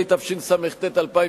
התשס"ט 2009,